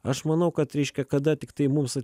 aš manau kad reiškia kada tiktai mums